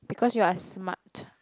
because you're smart